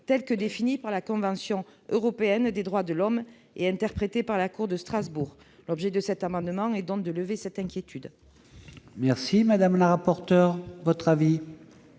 tel que défini par la Convention européenne des droits de l'homme et interprété par la cour de Strasbourg. L'objet de cet amendement est donc d'y remédier. Quel